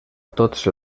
tots